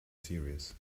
serious